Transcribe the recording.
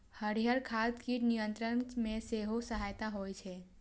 हरियर खाद कीट नियंत्रण मे सेहो सहायक होइ छै